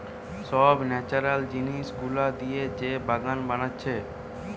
সব ন্যাচারাল জিনিস গুলা দিয়ে যে বাগান বানাচ্ছে